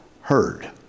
heard